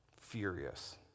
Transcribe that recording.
Furious